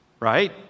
Right